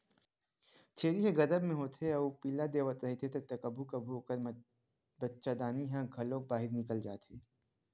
छेरी ह गरभ म होथे अउ पिला देवत रहिथे त कभू कभू ओखर बच्चादानी ह घलोक बाहिर निकल जाथे